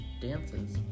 dances